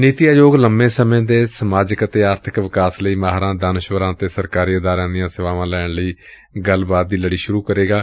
ਨੀਤੀ ਆਯੋਗ ਲੰਬੇ ਸਮੇਂ ਦੇ ਸਮਾਜਿਕ ਅਤੇ ਆਰਥਿਕ ਵਿਕਾਸ ਲਈ ਮਾਹਿਰਾਂ ਦਾਨਸ਼ਵਰਾਂ ਅਤੇ ਸਰਕਾਰੀ ਅਦਾਰਿਆਂ ਦੀਆਂ ਸੇਵਾਵਾਂ ਲੈਣ ਲਈ ਗੱਲਬਾਤ ਦੀ ਲੜੀ ਸੁਰੂ ਕਰੇਗੀ